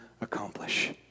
accomplish